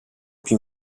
più